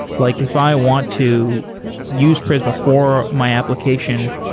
like if i want to use prisma for my application,